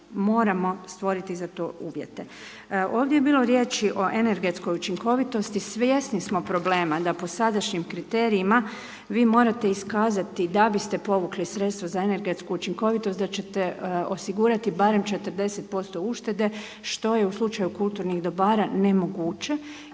moramo stvoriti za to uvjete. Ovdje je bilo riječi o energetskoj učinkovitosti, svjesni smo problema da po sadašnjim kriterijima vi morate iskazati da biste povukli sredstva za energetsku učinkovitost da ćete osigurati barem 40% uštede što je u slučaju kulturnih dobara nemoguće.